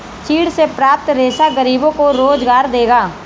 चीड़ से प्राप्त रेशा गरीबों को रोजगार देगा